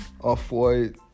Off-White